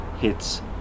hits